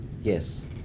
yes